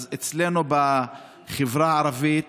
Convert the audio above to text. אז אצלנו בחברה הערבית,